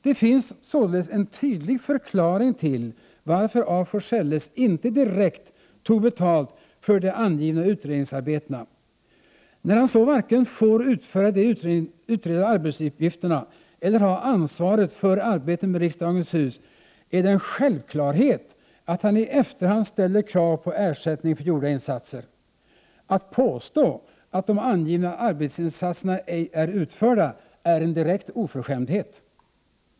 Det finns således en tydlig förklaring till att af Forselles inte direkt tog betalt för de angivna utredningsarbetena. När han så varken får utföra de utredda arbetsuppgifterna eller ha ansvaret för arbetet med riksdagens hus, är det en självklarhet att han i efterhand ställer krav på ersättning för gjorda insatser. Att påstå att de angivna arbetsinsatserna ej är utförda är en direkt oförskämdhet.